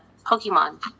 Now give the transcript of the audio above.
Pokemon